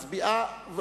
מצביעה,